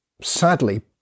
sadly